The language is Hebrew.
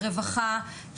רווחה,